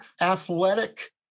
athletic